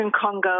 Congo